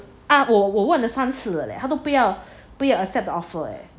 啊我问了三次 leh 他都不要不要 accept the offer leh